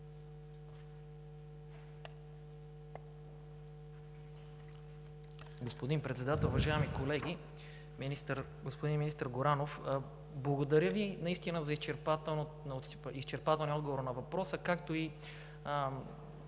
Господин Председател, уважаеми колеги! Господин министър Горанов, благодаря Ви за изчерпателния отговор на въпроса, както и